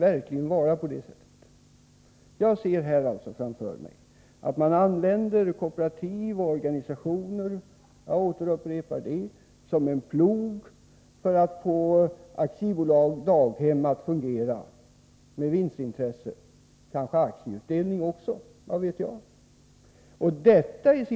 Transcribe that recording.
Man använder alltså kooperativ och organisationer — jag upprepar detta —som en plog för att få AB Daghem att fungera, med vinstintresse och kanske även med aktieutdelning — vad vet jag?